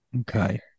Okay